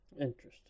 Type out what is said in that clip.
Interesting